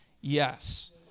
yes